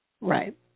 Right